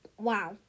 Wow